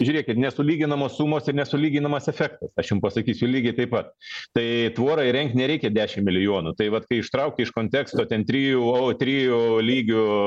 žiūrėkit nesulyginamos sumos ir nesulyginamas efektas aš jums pasakysiu lygiai taip pat štai tvorą įrengti nereikia dešimt milijonų tai vat kai ištraukė iš konteksto ten trijų o trijų lygių